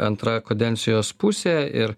antra kodencijos pusė ir